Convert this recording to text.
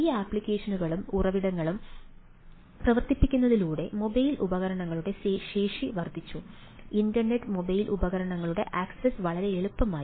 ഈ ആപ്ലിക്കേഷനുകളും ഉറവിടങ്ങളും പ്രവർത്തിപ്പിക്കുന്നതിലൂടെ മൊബൈൽ ഉപകരണങ്ങളുടെ ശേഷി വർദ്ധിച്ചു ഇന്റർനെറ്റ് മൊബൈൽ ഉപകരണങ്ങളുടെ ആക്സസ് വളരെ എളുപ്പമായി